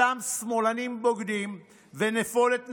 אותם שמאלנים בוגדים ונפולת נמושות,